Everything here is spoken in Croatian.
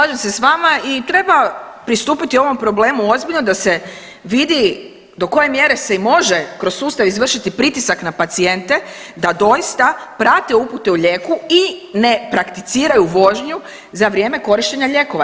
Slažem se s vama i treba pristupiti ovom problemu ozbiljno da se vidi do koje mjere se i može kroz sustav izvršiti pritisak na pacijente da doista prate upute o lijeku i ne prakticiraju vožnju za vrijeme korištenja lijekova.